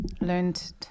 learned